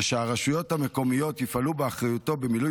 ושהרשויות המקומיות יפעלו באחריות במילוי